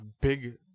big